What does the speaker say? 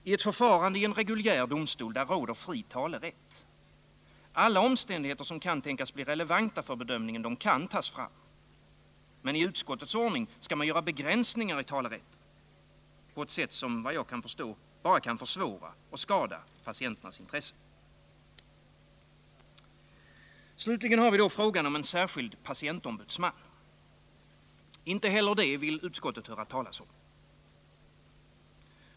I ett förfarande i en reguljär domstol råder fri talerätt. Alla omständigheter som kan tänkas bli relevanta för bedömningen kan tas fram. Men i utskottets ordning skall man göra begränsningar i talerätten på ett sätt som, vad jag kan förstå, endast kan försvåra och skada patienternas intressen. 79 Slutligen har vi då frågan om en särskild patientombudsman. Inte heller detta vill utskottet höra talas om.